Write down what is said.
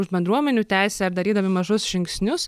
už bendruomenių teisę ir darydami mažus žingsnius